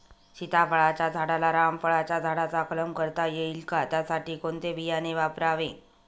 सीताफळाच्या झाडाला रामफळाच्या झाडाचा कलम करता येईल का, त्यासाठी कोणते बियाणे वापरावे?